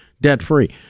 debt-free